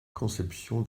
conception